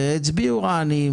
העניים